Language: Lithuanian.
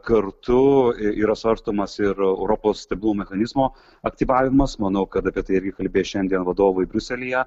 kartu yra svarstomas ir europos stabilumo mechanizmo aktyvavimas manau kad apie tai irgi kalbės šiandien vadovai briuselyje